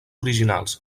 originals